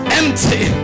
empty